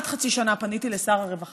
אתה לא מחויב, תודה רבה.